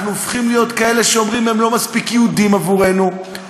אנחנו הופכים להיות כאלה שאומרים: הם לא מספיק יהודים עבורנו.